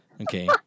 Okay